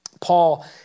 Paul